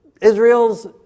Israel's